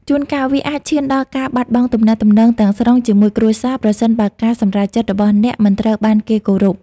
ជួនកាល វាអាចឈានដល់ការបាត់បង់ទំនាក់ទំនងទាំងស្រុងជាមួយគ្រួសារ ប្រសិនបើការសម្រេចចិត្តរបស់អ្នកមិនត្រូវបានគេគោរព។